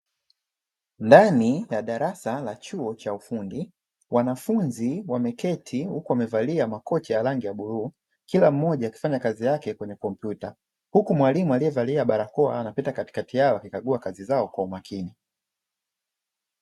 Ndani ya darasa la chuo cha ufundi, wanafunzi wameketi huku wamevalia makoti ya rangi ya bluu kila mmoja akifanya kazi yake kwenye kompyuta, huku mwalimu aliyevalia barakoa anapita katikati yao akikagua kazi zao kwa umakini.